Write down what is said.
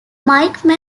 mike